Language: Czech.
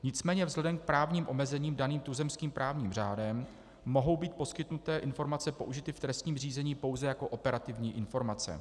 Nicméně vzhledem k právním omezením daným tuzemským právním řádem mohou být poskytnuté informace použity v trestním řízení pouze jako operativní informace.